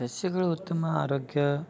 ಸಸ್ಯಗಳು ಉತ್ತಮ ಆರೋಗ್ಯ